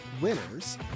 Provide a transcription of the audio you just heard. winners